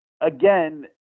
again